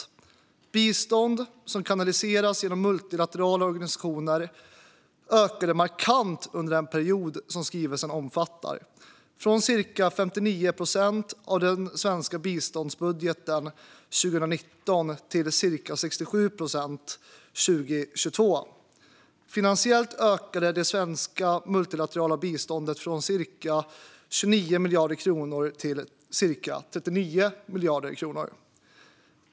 Det bistånd som kanaliseras genom multilaterala organisationer ökade markant under den period som skrivelsen omfattar, från cirka 59 procent av den svenska biståndsbudgeten 2019 till cirka 67 procent 2020. Finansiellt ökade det svenska multilaterala biståndet från cirka 29 miljarder kronor till cirka 39 miljarder kronor.